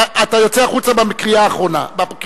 אתה יוצא החוצה בקריאה הבאה.